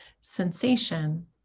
sensation